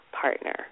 partner